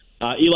Eli